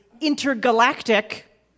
Intergalactic